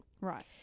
Right